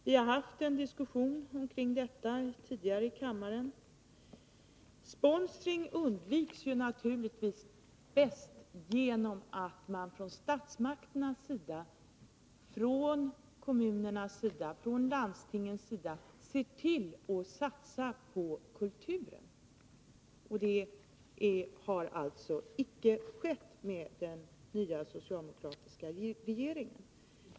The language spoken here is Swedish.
Vi hartidigare haft en diskussion omkring detta i kammaren. Sponsring undviks naturligtvis bäst genom att man från statsmakternas sida — från kommunernas sida, från landstingens sida — ser till att satsa på kulturen, och det har alltså icke gjorts av den nya socialdemokratiska regeringen.